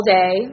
day